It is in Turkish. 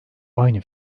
aynı